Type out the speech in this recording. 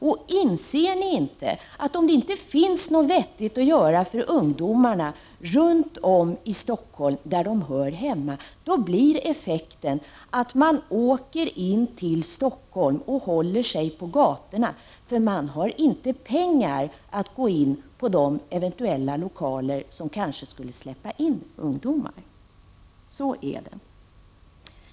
Och inser ni inte att om det inte finns något vettigt att göra för ungdomarna där de hör hemma, blir effekten att de åker in till Stockholm och håller sig på gatorna? De har inte pengar att gå på de lokaler som kanske skulle släppa in ungdomar. Så är det.